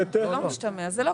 זה לא משתמע, זה לא קשור.